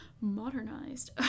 modernized